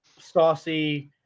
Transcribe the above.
saucy